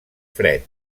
fred